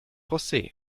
josé